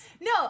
No